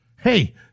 Hey